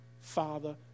Father